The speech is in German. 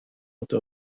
hatte